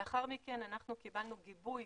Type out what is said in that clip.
לאחר מכן אנחנו קיבלנו גיבוי